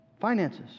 finances